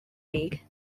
league